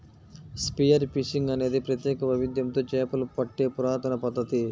spear fishing అనేది ప్రత్యేక వైవిధ్యంతో చేపలు పట్టే పురాతన పద్ధతి